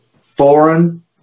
foreign